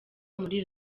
muri